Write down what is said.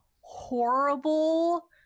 horrible